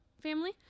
family